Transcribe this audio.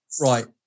right